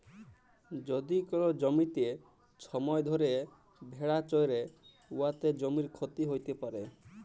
যদি কল জ্যমিতে ছময় ধ্যইরে ভেড়া চরহে উয়াতে জ্যমির ক্ষতি হ্যইতে পারে